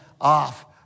off